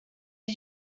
did